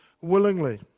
willingly